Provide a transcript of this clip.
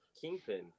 Kingpin